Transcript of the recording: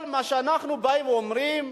כל מה שאנחנו אומרים: